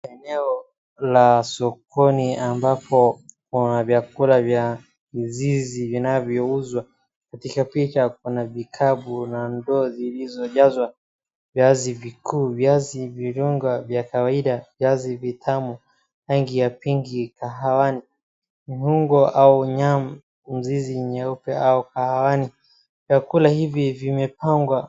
Eneo la sokoni ambapo kuna vyakula vya mizizi vinavyouzwa. Katika picha kuna vikapu na ndoo zilizojazwa viazi vikuu, viazi virudi vya kawaida, viazi vitamu, rangi ya pinki , kahawani, muhogo au yamu, mzizi mweupe au kahawani. Vyakula hivi vimepangwa.